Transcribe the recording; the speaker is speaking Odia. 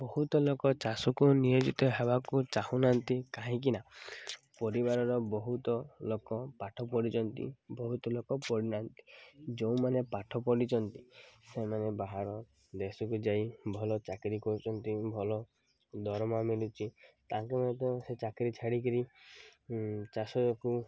ବହୁତ ଲୋକ ଚାଷକୁ ନିୟୋଜିତ ହେବାକୁ ଚାହୁଁନାହାନ୍ତି କାହିଁକିନା ପରିବାରର ବହୁତ ଲୋକ ପାଠ ପଢ଼ିଛନ୍ତି ବହୁତ ଲୋକ ପଢ଼ନାହାନ୍ତି ଯେଉଁମାନେ ପାଠ ପଢ଼ିଛନ୍ତି ସେମାନେ ବାହାର ଦେଶକୁ ଯାଇ ଭଲ ଚାକିରି କରୁଛନ୍ତି ଭଲ ଦରମା ମଳୁଛି ତାଙ୍କ ମଧ୍ୟ ସେ ଚାକିରି ଛାଡ଼ିକରି ଚାଷକୁ